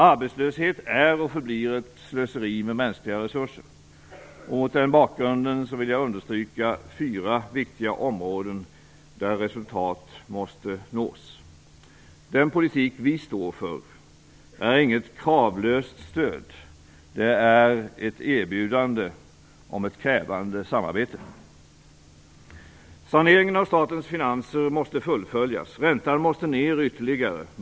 Arbetslöshet är och förblir ett slöseri med mänskliga resurser. Mot den bakgrunden vill jag understryka fyra viktiga områden där resultat måste nås. Den politik vi står för är inget kravlöst stöd. Den är ett erbjudande om ett krävande samarbete. Saneringen av statens finanser måste fullföljas. Räntan måste ned ytterligare.